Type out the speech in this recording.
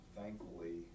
thankfully